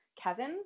Kevin